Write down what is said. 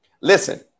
listen